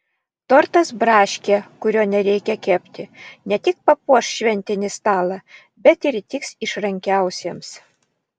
tortas braškė kurio nereikia kepti ne tik papuoš šventinį stalą bet ir įtiks išrankiausiems